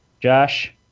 Josh